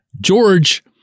George